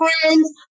friends